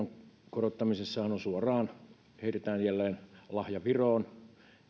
korottamisessahan suoraan heitetään jälleen lahja viroon